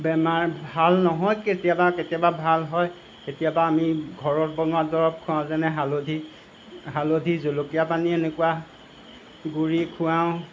বেমাৰ ভাল নহয় কেতিয়াবা কেতিয়াবা ভাল হয় কেতিয়াবা আমি ঘৰত বনোৱা দৰৱ খুৱাওঁ যেনে হালধি হালধি জলকীয়া পানী এনেকুৱা গুড়ি খুৱাওঁ